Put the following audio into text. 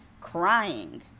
crying